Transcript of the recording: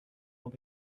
will